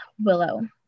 Willow